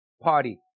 party